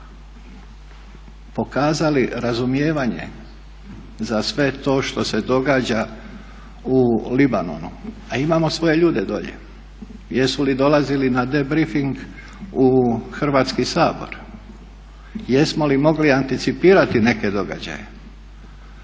pokazali razumijevanje za sve to što se događa u Libanonu? A imamo svoje ljude dolje. Jesu li dolazili na debriefing u Hrvatski sabor? Jesmo li mogli anticipirati neke događaje?